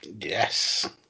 Yes